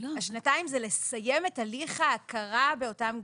השנתיים זה לסיים את הליך ההכרה באותם גופים.